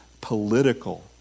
political